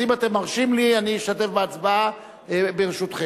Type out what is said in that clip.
אז אם אתם מרשים לי, אני אשתתף בהצבעה, ברשותכם.